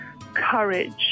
courage